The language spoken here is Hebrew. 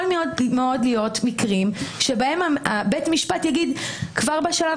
יכולים להיות מקרים בהם בית משפט יאמר כבר בשלב